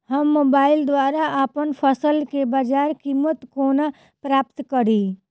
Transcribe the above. हम मोबाइल द्वारा अप्पन फसल केँ बजार कीमत कोना प्राप्त कड़ी?